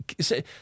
say